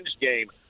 game